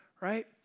right